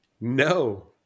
no